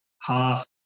half